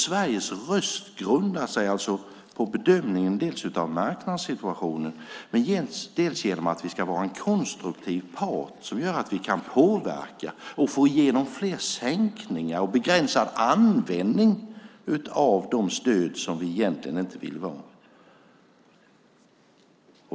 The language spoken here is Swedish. Sveriges röst grundar sig dels på bedömningen av marknadssituationen, dels på att vi ska vara en konstruktiv part som gör att vi kan påverka och få igenom fler sänkningar och begränsad användning av de stöd vi egentligen inte vill ha.